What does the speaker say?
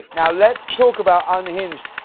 now let's talk about unhinged.